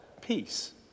peace